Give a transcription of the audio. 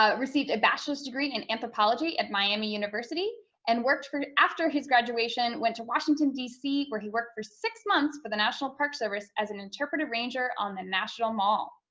ah received a bachelor's degree in anthropology at miami university and worked for after his graduation went to washington, d c, where he worked for six months for the national park service as an interpretive ranger on the national mall.